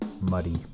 muddy